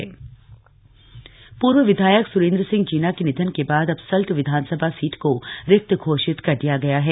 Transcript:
सल्ट विधानसभा सीट पूर्व विधायक सु्रेद्र सिंह जीना के निधन के बाद अब सल्ट विधानसभा सीट को रिक्त घोषित कर दिया गया है